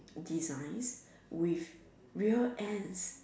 designs with real ants